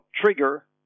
trigger